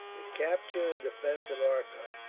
the capture and defence of arcot,